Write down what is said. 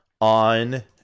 on